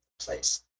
place